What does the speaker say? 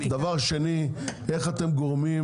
דבר שני, איך אתם גורמים